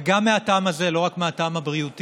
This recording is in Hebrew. וגם מהטעם הזה, לא רק מהטעם הבריאותי,